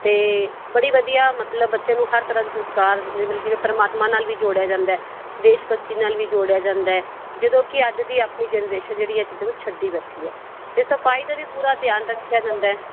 ਅਤੇ ਬੜੀ ਵਧੀਆ ਮਤਲਬ ਬੱਚੇ ਨੂੰ ਹਰ ਤਰ੍ਹਾਂ ਦੇ ਸੰਸਕਾਰ ਜਿਵੇਂ ਪਰਮਾਤਮਾ ਨਾਲ ਵੀ ਜੋੜਿਆ ਜਾਂਦਾ ਦੇਸ਼ ਭਗਤੀ ਨਾਲ ਵੀ ਜੋੜਿਆ ਜਾਂਦਾ ਜਦੋਂ ਕਿ ਅੱਜ ਦੀ ਆਪਣੀ ਜਨਰੇਸ਼ਨ ਹੈ ਇਹ ਚੀਜ਼ਾਂ ਨੂੰ ਛੱਡੀ ਬੈਠੀ ਹੈ ਅਤੇ ਸਫਾਈ ਦਾ ਵੀ ਪੂਰਾ ਧਿਆਨ ਰੱਖਿਆ ਜਾਂਦਾ